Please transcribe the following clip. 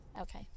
okay